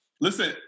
Listen